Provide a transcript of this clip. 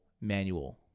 manual